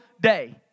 day